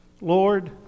Lord